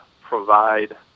provide